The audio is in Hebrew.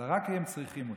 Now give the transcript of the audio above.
אלא זה רק כי הם צריכים אותם.